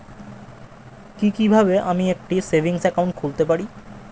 কি কিভাবে আমি একটি সেভিংস একাউন্ট খুলতে পারি?